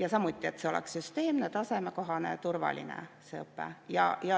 Ja samuti, et see õpe oleks süsteemne, tasemekohane, turvaline.